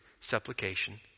Supplication